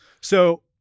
So-